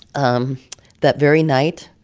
um that very night,